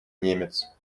немец